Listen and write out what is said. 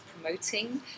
promoting